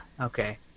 okay